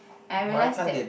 I realise that